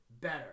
better